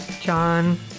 John